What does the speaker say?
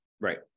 Right